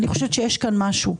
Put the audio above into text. אני חושבת שיש כאן משהו.